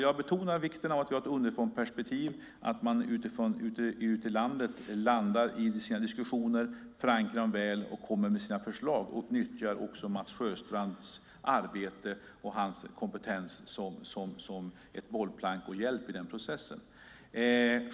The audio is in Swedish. Jag betonar vikten av att vi har ett underifrånperspektiv, att man ute i landet landar i sina diskussioner, förankrar dem väl, kommer med sina förslag och nyttjar Mats Sjöstrands arbete och hans kompetens som ett bollplank och en hjälp i den processen.